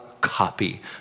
copy